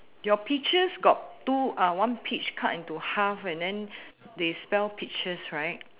your peaches got two uh one peach cut into half and then they spell peaches right